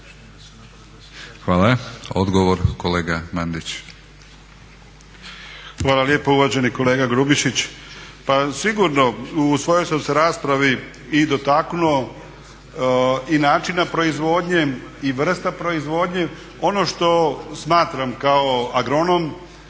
Hvala. Odgovor kolega Mandić. **Mandić, Ivica (HNS)** Hvala lijepa uvaženi kolega Grubišić. Pa sigurno u svojoj sam se raspravi i dotaknuo i načina proizvodnje i vrsta proizvodnje. Ono što smatram kao agronom